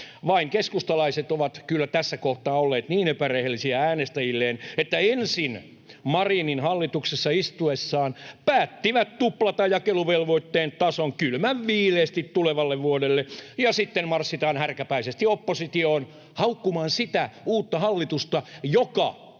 Vain keskustalaiset ovat kyllä tässä kohtaa olleet niin epärehellisiä äänestäjilleen, että ensin Marinin hallituksessa istuessaan päättivät tuplata jakeluvelvoitteen tason kylmän viileästi tulevalle vuodelle ja sitten marssitaan härkäpäisesti oppositioon haukkumaan sitä uutta hallitusta, joka